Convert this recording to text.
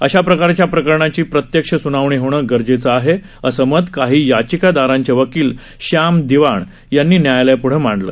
अशा प्रकारच्या प्रकरणाची प्रत्यक्ष सूनावणी होणं गरजेचं आहे असं मत काही याचिकादारांचे वकील श्याम दिवाण यांनी न्यायालयाप्ढं मांडलं